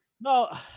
No